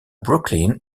brooklyn